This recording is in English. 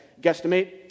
guesstimate